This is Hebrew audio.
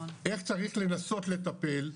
איך צריך לנסות לטפל,